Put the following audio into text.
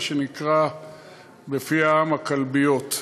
מה שנקרא בפי העם הכלביות.